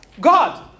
God